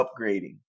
upgrading